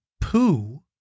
poo